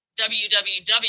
WWW